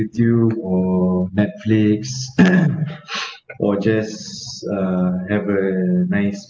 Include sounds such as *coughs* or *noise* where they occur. YouTube or Netflix *coughs* *breath* or just uh have a nice